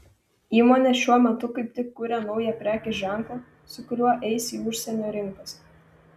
įmonė šiuo metu kaip tik kuria naują prekės ženklą su kuriuo eis į užsienio rinkas